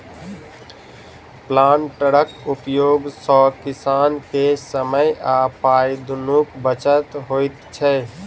प्लांटरक उपयोग सॅ किसान के समय आ पाइ दुनूक बचत होइत छै